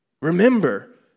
Remember